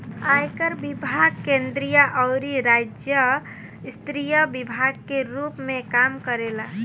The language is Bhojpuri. आयकर विभाग केंद्रीय अउरी राज्य स्तरीय विभाग के रूप में काम करेला